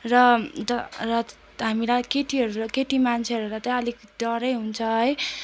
र द र हामीलाई केटीहरूलाई केटी मान्छेहरूलाई त अलिक डरै हुन्छ है